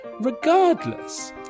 Regardless